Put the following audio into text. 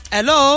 Hello